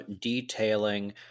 detailing